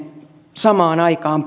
samaan aikaan